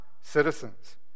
citizens